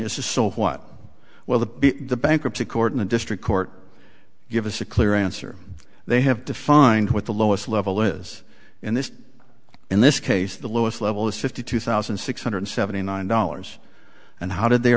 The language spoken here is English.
question is so what well the the bankruptcy court in the district court give us a clear answer they have defined what the lowest level is in this in this case the lowest level is fifty two thousand six hundred seventy nine dollars and how did they